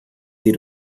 sie